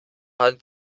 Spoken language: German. hand